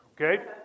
okay